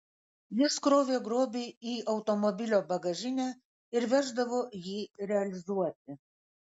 jis krovė grobį į automobilio bagažinę ir veždavo jį realizuoti